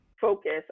focus